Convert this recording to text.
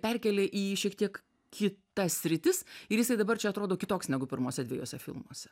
perkėlė į šiek tiek kitas sritis ir jisai dabar čia atrodo kitoks negu pirmuose dviejuose filmuose